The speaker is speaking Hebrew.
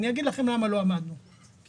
אגיד לכם למה לא עמדנו ביעדים כי